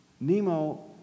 Nemo